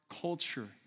culture